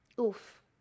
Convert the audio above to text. Oof